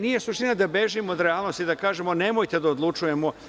Nije suština da bežimo od realnosti i da kažemo – nemojte da odlučujemo.